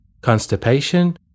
constipation